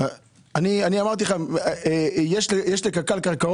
לקק"ל יש קרקעות